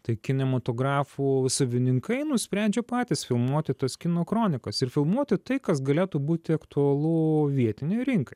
tai kinematografų savininkai nusprendžia patys filmuoti tas kino kronikos ir filmuoti tai kas galėtų būti aktualu vietinei rinkai